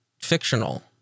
fictional